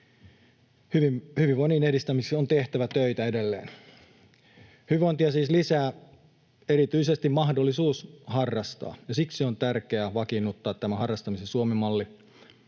Hyvinvoinnin edistämiseksi on tehtävä töitä edelleen. Hyvinvointia siis lisää erityisesti mahdollisuus harrastaa, ja siksi on tärkeää vakiinnuttaa tämä harrastamisen Suomen malli,